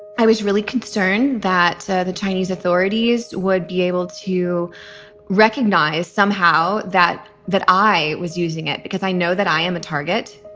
i was really concerned that the chinese authorities would be able to recognize somehow that that i was using it because i know that i am a target